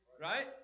Right